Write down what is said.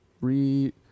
re